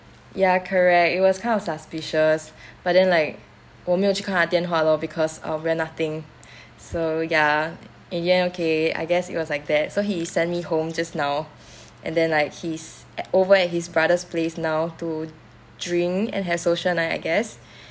ya correct it was kind of suspicious but then like 我没有去看他电话 lor because um we're nothing so ya in the end okay I guess it was like that so he send me home just now and then like he's at~ over at his brother's place now to drink and have social night I guess